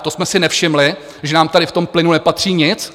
To jsme si nevšimli, že nám tady v tom plynu nepatří nic?